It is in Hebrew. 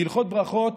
בהלכות ברכות,